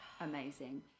amazing